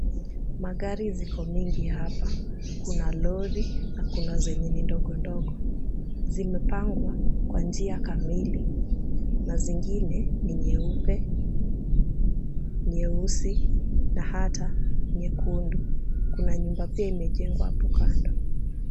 Magari ziko mingi hapa. Kuna lori na kuna zenye ni ndogo ndogo. Zimepangwa kwa njia kamili na zingine ni nyeupe, nyeusi na ata nyekundu. Kuna nyumba pia imejengwa hapo kando.